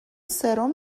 سرم